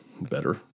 better